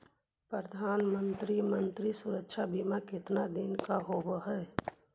प्रधानमंत्री मंत्री सुरक्षा बिमा कितना दिन का होबय है?